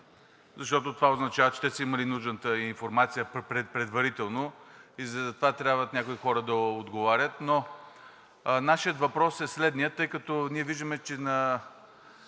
защото това означава, че те са имали нужната информация предварително и затова трябва някои хора да отговарят. Нашият въпрос е следният. Тъй като ние виждаме, че на